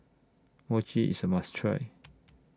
Mochi IS A must Try